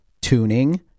tuning